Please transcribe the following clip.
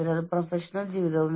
അതിനാൽ നിങ്ങൾ ജോലി ഉപേക്ഷിക്കില്ല